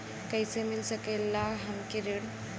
कइसे मिल सकेला हमके ऋण?